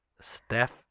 Steph